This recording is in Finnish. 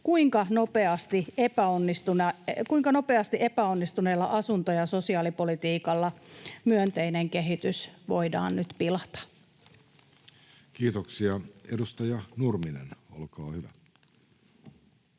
kuinka nopeasti voidaan epäonnistuneella asunto- ja sosiaalipolitiikalla myönteinen kehitys nyt pilata. Kiitoksia. — Edustaja Nurminen, olkaa hyvä.